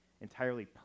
entirely